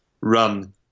run